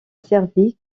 servi